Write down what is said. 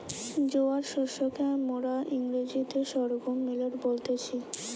জোয়ার শস্যকে মোরা ইংরেজিতে সর্ঘুম মিলেট বলতেছি